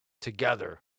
together